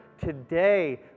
today